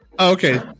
okay